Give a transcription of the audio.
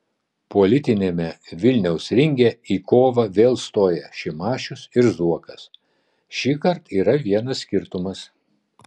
politiniame vilniaus ringe į kovą vėl stoja šimašius ir zuokas šįkart yra vienas skirtumas